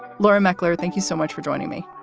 but laura meckler, thank you so much for joining me.